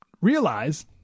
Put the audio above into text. realize